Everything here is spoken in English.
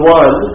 one